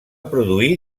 produir